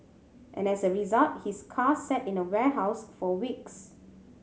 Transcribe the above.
and as a result his car sat in a warehouse for weeks